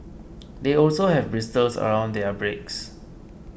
they also have bristles around their beaks